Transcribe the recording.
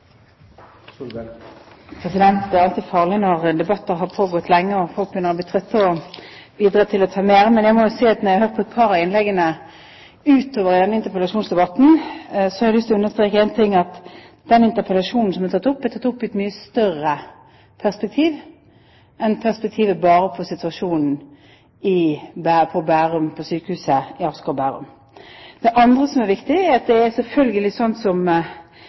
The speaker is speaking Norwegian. opp. Det er alltid farlig når debatter har pågått lenge og folk begynner å bli trette, å bidra til at det blir mer. Men etter å ha hørt på et par av innleggene utover i denne interpellasjonsdebatten, har jeg lyst til å understreke én ting: Den interpellasjonen som er tatt opp, er tatt opp i et mye større perspektiv enn bare situasjonen ved Sykehuset Asker og Bærum. Det andre som er viktig, er at det selvfølgelig er sånn som